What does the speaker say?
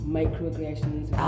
microaggressions